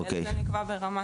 כאשר זה נקבע ברמה